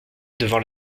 devant